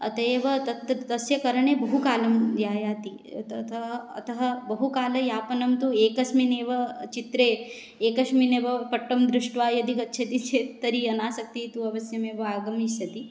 अतः एव तत् तस्य करणे बहुकालं यायाति ततः अतः बहुकालयापनं तु एकस्मिन्नेव चित्रे एकस्मिन्नेव पटं दृष्ट्वा यदि गच्छति चेत् तर्हि अनासक्तिः तु अवश्यमेव आगमिष्यति